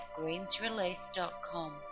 greensrelease.com